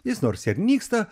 jis nors ir nyksta